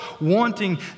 wanting